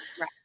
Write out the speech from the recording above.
Right